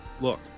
look